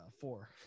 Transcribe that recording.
Four